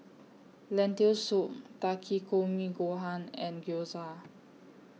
Lentil Soup Takikomi Gohan and Gyoza